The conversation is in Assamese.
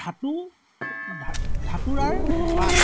ধাতু ধতুৰাৰ পাত